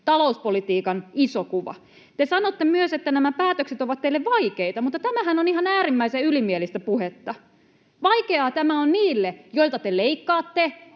talouspolitiikan iso kuva. Te sanotte myös, että nämä päätökset ovat teille vaikeita, mutta tämähän on ihan äärimmäisen ylimielistä puhetta. Vaikeaa tämä on niille, joilta te leikkaatte,